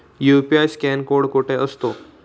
UPI scan code कुठे असतो?